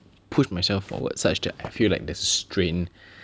push myself forward such that I feel like the strain